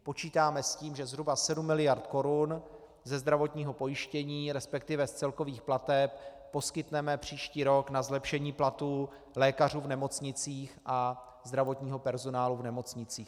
Počítáme s tím, že zhruba sedm miliard korun ze zdravotního pojištění, resp. z celkových plateb, poskytneme příští rok na zlepšení platů lékařů v nemocnicích a zdravotního personálu v nemocnicích.